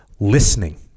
listening